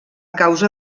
causa